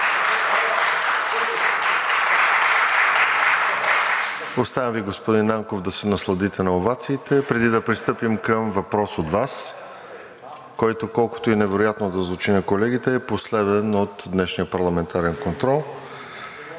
Оставям Ви, господин Нанков, да се насладите на овациите, преди да пристъпим към въпрос от Вас, който, колкото и невероятно да звучи на колегите, е последен от днешния парламентарен контрол.